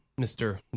Mr